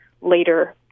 later